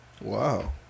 wow